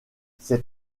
ces